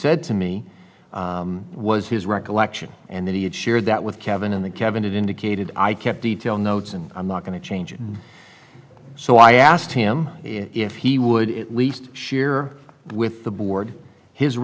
said to me was his recollection and that he had shared that with kevin in the cabinet indicated i kept detail notes and i'm not going to change and so i asked him if he would at least share with the board his